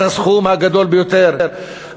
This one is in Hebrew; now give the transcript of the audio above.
את הסכום הגדול ביותר.